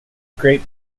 grape